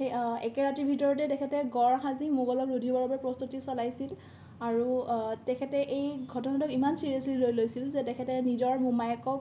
সেই একে ৰাতিৰ ভিতৰতে তেখেতে গড় সাজি মোগলক ৰুধিবৰ বাবে প্ৰস্তুতি চলাইছিল আৰু তেখেতে এই ঘটনাটো ইমান চিৰিয়াচলি লৈ লৈছিল যে তেখেতে নিজৰ মোমায়েকক